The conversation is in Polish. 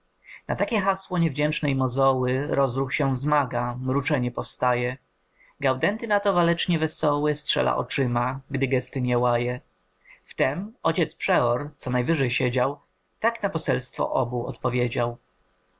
na takie hasło niewdzięcznej mozoły rozruch się wzmaga mruczenie powstaje gaudenty na to walecznie wesoły strzela oczyma gdy giesty nie łaje wtem ojciec przeor co najwyżej siedział tak na poselstwo obu odpowiedział